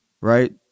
right